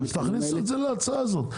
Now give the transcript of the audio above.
אז תכניסו את זה להצעה הזו.